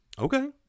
Okay